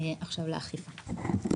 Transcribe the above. עכשיו לאכיפה.